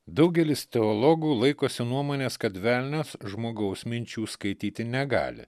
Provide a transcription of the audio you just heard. daugelis teologų laikosi nuomonės kad velnias žmogaus minčių skaityti negali